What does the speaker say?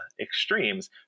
extremes